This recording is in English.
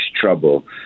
trouble